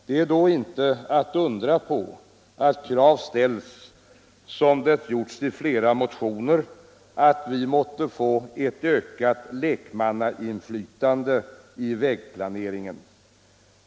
Det är då inte att undra på att krav ställs, som det gjorts i flera motioner, att vi måtte få ett ökat lekmannainflytande i vägplaneringen.